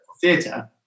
theatre